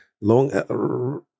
long